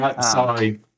sorry